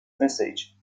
message